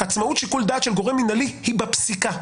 עצמאות שיקול דעת של גורם מינהלי היא בפסיקה.